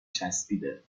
چسبیده